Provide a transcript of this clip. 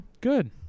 good